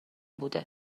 بوده